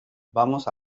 vamos